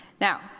Now